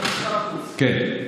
25%. כן.